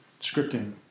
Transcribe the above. scripting